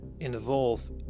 involve